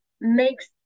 makes